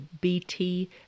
BT